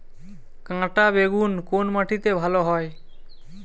কাঁটা বেগুন কোন মাটিতে ভালো হয়?